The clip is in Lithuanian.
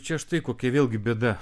čia štai kokia vėlgi bėda